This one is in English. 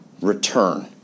return